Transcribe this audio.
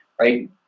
right